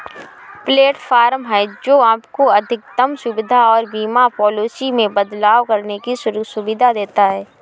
platform है, जो आपको अधिकतम सुविधा और बीमा पॉलिसी में बदलाव करने की सुविधा देता है